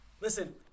Listen